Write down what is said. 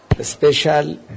special